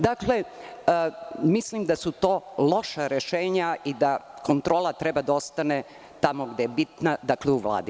Dakle, mislim da su to loša rešenja i da kontrola treba da ostane tamo gde je bitna, dakle u Vladi.